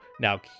Now